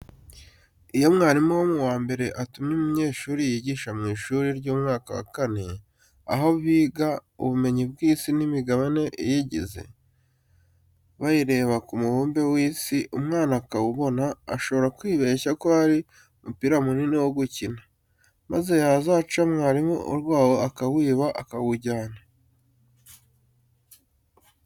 Iyo mwarimu wo mu wa mbere atumye umunyeshuri yigisha mu ishuri ry'umwaka wa kane, aho biga ubumenyi bw'isi n'imigabane iyigize, bayireba ku mubumbe w'isi; umwana akawubona, ashobora kwibeshya ko ari umupira munini wo gukina, maze yazaca mwarimu urwaho akawiba, akawujyana.